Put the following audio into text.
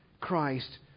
Christ